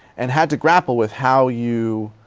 and had to grapple with how you.